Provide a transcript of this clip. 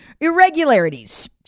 irregularities